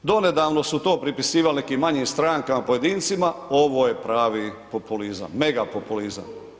Donedavno su to pripisivali nekim manjim strankama, pojedincima, ovo je pravi populizam, mega populizam.